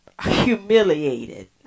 humiliated